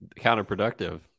counterproductive